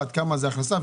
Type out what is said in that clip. עד כמה זה הכנסה?